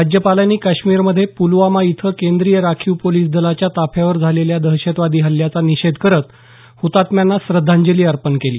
राज्यपालांनी काश्मीरमध्ये प्लवामा इथं केंद्रीय राखीव पोलिस दलाच्या ताफ्यावर झालेल्या दहशतवादी हल्ल्याचा निषेध करत हुतात्म्यांना श्रद्धांजली अर्पण केली